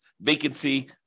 vacancy